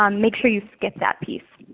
um make sure you skip that piece.